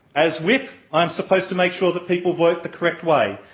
as whip i am supposed to make sure that people vote the correct way.